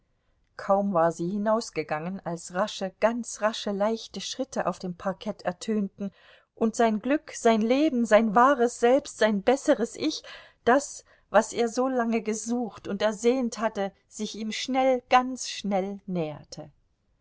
kaum war sie hinausgegangen als rasche ganz rasche leichte schritte auf dem parkett ertönten und sein glück sein leben sein wahres selbst sein besseres ich das was er so lange gesucht und ersehnt hatte sich ihm schnell ganz schnell näherte